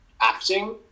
acting